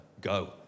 Go